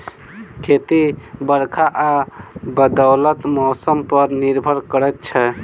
खेती बरखा आ बदलैत मौसम पर निर्भर करै छै